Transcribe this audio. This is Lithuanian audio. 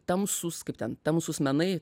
tamsūs kaip ten tamsūs menai